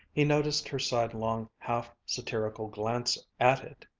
he noticed her sidelong half-satirical glance at it.